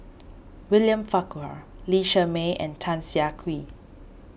William Farquhar Lee Shermay and Tan Siah Kwee